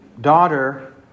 Daughter